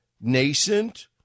nascent